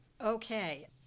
Okay